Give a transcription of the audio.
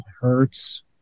hurts